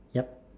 yup